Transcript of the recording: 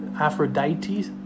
Aphrodite